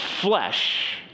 flesh